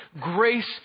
grace